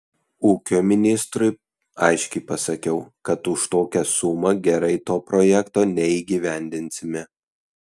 ūkio ministrui aiškiai pasakiau kad už tokią sumą gerai to projekto neįgyvendinsime